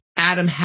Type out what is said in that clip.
Adam